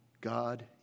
God